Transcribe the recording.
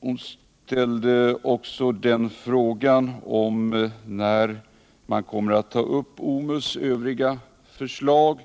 Hon ställde också frågan om när man kommer att ta upp OMUS övriga förslag.